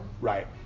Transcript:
Right